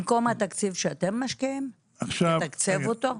במקום התקציב שאתם משקיעים תתקצב אותו?